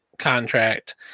Contract